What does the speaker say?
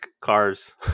cars